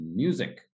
music